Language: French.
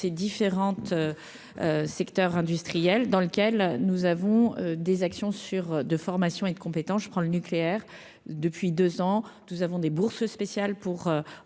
différentes secteur industriel dans lequel nous avons des actions sur de formation et de compétences, je prends le nucléaire depuis 2 ans, nous avons des bourses spéciales pour